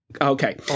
Okay